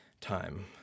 time